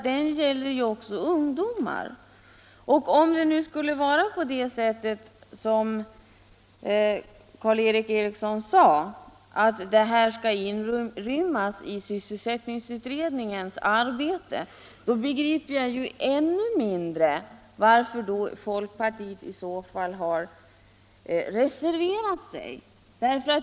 Den gäller ju också ungdomar. Om det vidare skulle vara så, som Karl Erik Eriksson sade, att dessa frågor skall inrymmas i sysselsättningsutredningens arbete, begriper jag ännu mindre varför folkpartiet har reserverat sig.